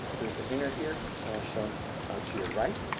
here's the inner ear shown to your right.